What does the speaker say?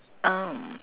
um